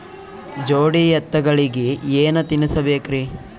ಜೋಡಿ ಎತ್ತಗಳಿಗಿ ಏನ ತಿನಸಬೇಕ್ರಿ?